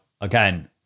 again